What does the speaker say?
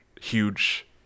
huge